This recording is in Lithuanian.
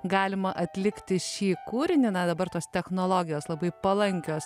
galima atlikti šį kūrinį na dabar tos technologijos labai palankios